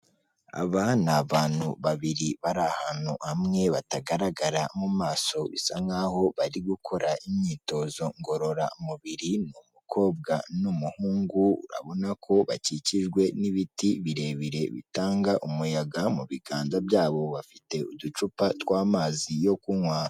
Aba ni abantu babiri bari ahantu hamwe batagaragara mu maso, bisa nk'aho bari gukora imyitozo ngororamubiri, ni umukobwa n'umuhungu, urabona ko bakikijwe n'ibiti birebire bitanga umuyaga, mu biganza byabo bafite uducupa tw'amazi yo kunywa.